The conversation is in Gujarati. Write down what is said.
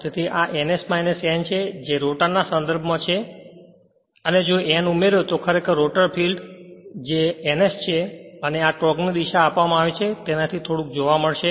તેથી આ ns n છે જે રોટરના સંદર્ભમાં છે અને જો n ઉમેરો તો ખરેખર રોટર ફીલ્ડ કે જે ns છે અને આ ટોર્કની દિશા આપવામાં આવે છે તેનાથી થોડુંક જોવા મળશે